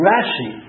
Rashi